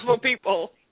people